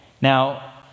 Now